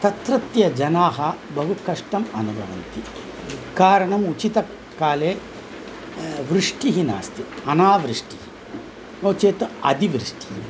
तत्रत्य जनाः बहु कष्टम् अनुभवन्ति कारणम् उचितकाले वृष्टिः नास्ति अनावृष्टिः नो चेत् अतिवृष्टिः